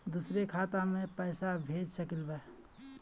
दुसरे खाता मैं पैसा भेज सकलीवह?